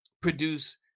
produce